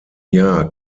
jahr